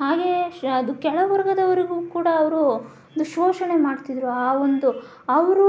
ಹಾಗೆಯೇ ಅದು ಕೆಳವರ್ಗದವರಿಗೂ ಕೂಡ ಅವರು ಒಂದು ಶೋಷಣೆ ಮಾಡ್ತಿದ್ದರು ಆ ಒಂದು ಅವರು